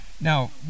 Now